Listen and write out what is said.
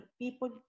people